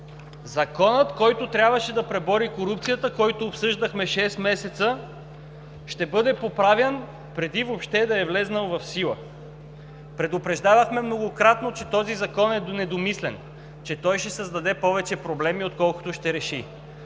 Законът, който трябваше да пребори корупцията, който обсъждахме шест месеца, ще бъде поправян преди въобще да е влязъл в сила. Предупреждавахме многократно, че този закон е недомислен, че той ще създаде повече проблеми, отколкото ще реши.